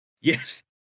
Yes